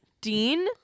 Dean